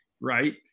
right